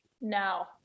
No